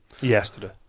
yesterday